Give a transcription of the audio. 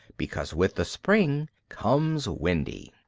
because with the spring comes wendy.